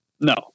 No